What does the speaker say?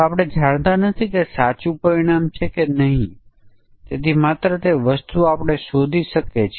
તેથી ચાલો કહીએ કે આ બે પરિમાણો માટે વિવિધ સમકક્ષ વર્ગ છે